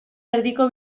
erdiko